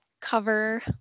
cover